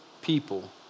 people